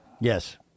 Yes